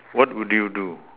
what would you do